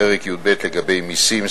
פרק י"ב, לגבי מסים,